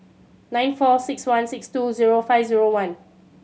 nine four six one six two zero five zero one